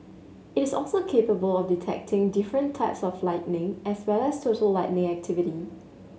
it is also capable of detecting different types of lightning as well as total lightning activity